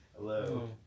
hello